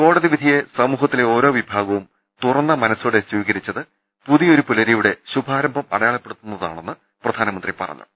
കോടതി വിധിയെ സമൂഹത്തിലെ ഓരോ വിഭാഗവും തുറന്ന മനസ്സോടെ സ്വീകരിച്ചത് പുതിയൊരു പുലരിയുടെ ശുഭാ രംഭം അടയാളപ്പെടുത്തുന്നതാണെന്നും പ്രധാനമന്ത്രി പറഞ്ഞു